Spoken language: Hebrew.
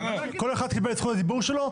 כל אחד קיבל את זכות הדיבור שלו.